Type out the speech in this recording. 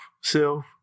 self